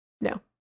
No